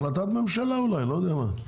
אולי החלטת ממשלה, לא יודע מה.